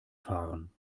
fahren